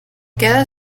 queda